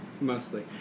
Mostly